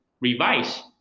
revise